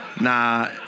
Nah